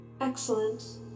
Excellent